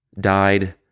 died